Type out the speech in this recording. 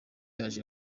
aje